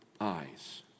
eyes